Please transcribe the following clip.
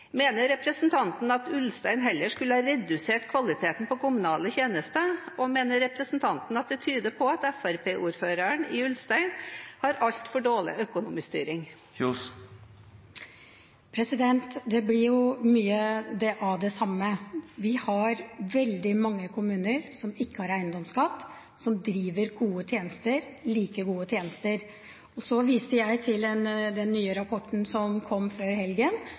Mener representanten at Ulstein heller skulle ha redusert kvaliteten på kommunale tjenester? Og mener representanten at det tyder på at Fremskrittsparti-ordføreren i Ulstein har altfor dårlig økonomistyring? Det blir jo mye av det samme. Vi har veldig mange kommuner som ikke har eiendomsskatt, og som driver gode tjenester – like gode tjenester. Så viste jeg til den nye rapporten som kom før helgen,